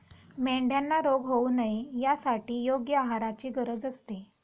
मेंढ्यांना रोग होऊ नये यासाठी योग्य आहाराची गरज असते